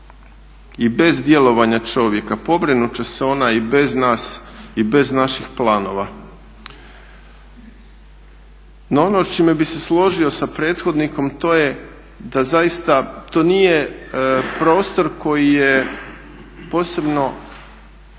i bez djelovanja čovjeka. Pobrinuti će se ona i bez nas i bez naših planova. No ono s čime bih se složio sa prethodnikom to je da zaista, to nije prostor koji je, posebno